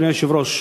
אדוני היושב-ראש,